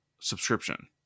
subscription